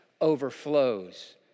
overflows